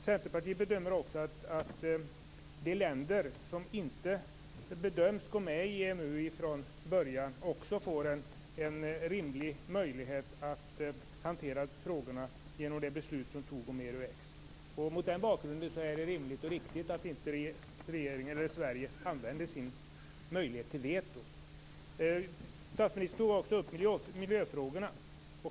Centerpartiet bedömer också att de länder som inte bedöms gå med i EMU från början också får en rimlig möjlighet att hantera frågorna genom det beslut som fattades om Euro-X. Mot denna bakgrund är det rimligt och riktigt att regeringen i Sverige inte använder sin möjlighet till veto. Statsministern tog också upp miljöfrågorna.